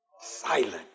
silent